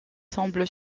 semblent